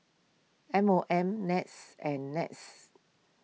M O M NETS and NETS